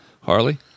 Harley